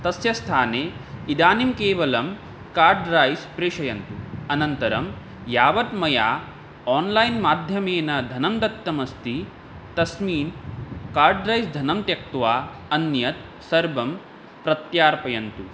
तस्य स्थाने इदानीं केवलं कार्ड् रैस् प्रेषयन्तु अनन्तरं यावन्मया आन्लैन् माध्यमेन धनं दत्तमस्ति तस्मिन् कर्ड् रैस् धनं त्यक्त्वा अन्यत् सर्वं प्रत्यर्पयन्तु